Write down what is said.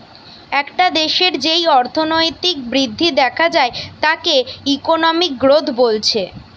একটা দেশের যেই অর্থনৈতিক বৃদ্ধি দেখা যায় তাকে ইকোনমিক গ্রোথ বলছে